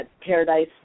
Paradise